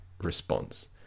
response